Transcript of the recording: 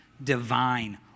divine